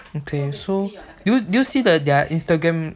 okay so did you did you see the their instagram